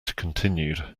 continued